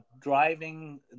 driving